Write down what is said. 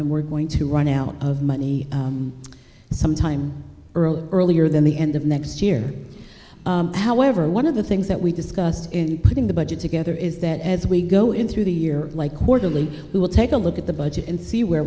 and we're going to run out of money sometime early earlier than the end of next year however one of the things that we discussed in putting the budget together is that as we go in through the year like quarterly we will take a look at the budget and see where